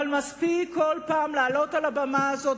אבל מספיק כל פעם לעלות על הבמה הזאת